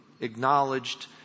acknowledged